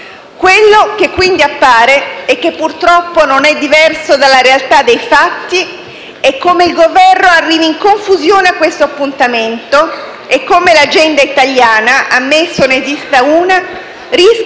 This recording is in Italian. Quello che quindi appare - e che purtroppo non è diverso dalla realtà dei fatti - è come il Governo arrivi in confusione a questo appuntamento e come l'agenda italiana - ammesso ne esista una - rischia di essere solo